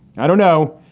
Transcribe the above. i don't know,